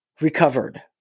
recovered